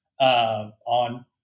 on